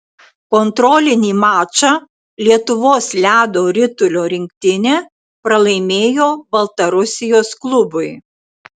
kontrolinį mačą lietuvos ledo ritulio rinktinė pralaimėjo baltarusijos klubui